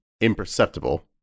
imperceptible